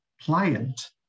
pliant